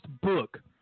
book